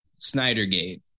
Snydergate